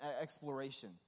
exploration